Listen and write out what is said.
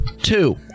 Two